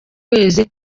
kwezi